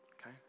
Okay